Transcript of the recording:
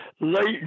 late